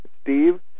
Steve